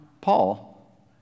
Paul